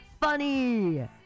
funny